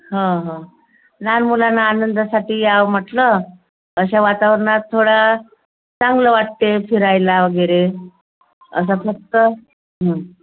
लहान मुलांना आनंदासाठी यावं म्हटलं अशा वातावरणात थोडा चांगलं वाटते फिरायला वगैरे असं फक्त